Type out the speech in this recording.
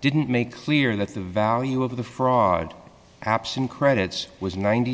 didn't make clear that the value of the fraud absent credits was ninety